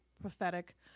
prophetic